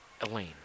Elaine